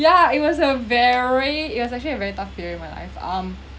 yeah it was a very it was actually a very tough period in my life um